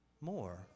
more